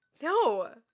No